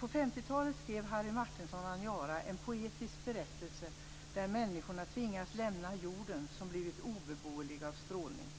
På 50-talet skrev Harry Martinsson Aniara - en poetisk berättelse där människorna tvingas lämna jorden, som blivit obeboelig av strålning.